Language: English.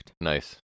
Nice